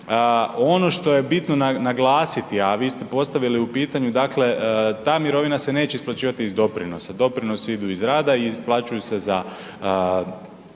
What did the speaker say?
Ono što je bitno naglasiti, a vi ste postavili u pitanju, dakle ta mirovina se neće isplaćivati iz doprinosa, doprinosi idu iz rada i isplaćuju se za